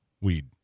weed